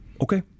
okay